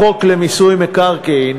החוק למיסוי מקרקעין